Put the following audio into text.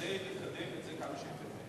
כדי לקדם את זה כמה שאפשר.